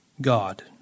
God